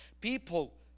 People